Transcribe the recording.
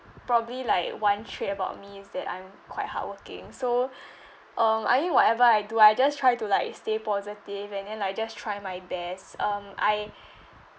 probably like one trait about me is that I'm quite hardworking so um I mean whatever I do I just try to like stay positive and then like just try my best um I